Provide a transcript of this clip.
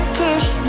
push